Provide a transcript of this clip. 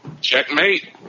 checkmate